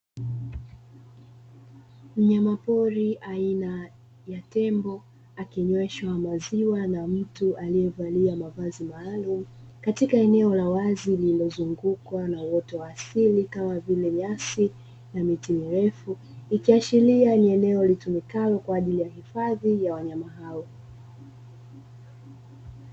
Mnyama pori aina ya tembo akinyweshwa maziwa na mtu aliyevalia mavazi maalumu katika eneo la wazi, lililozungukwa na uoto wa asili, kama vile nyasi na miti mirefu ikiashiria ni eneo litumikalo kwa ajili ya hifadhi ya wanyama hao.